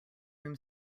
room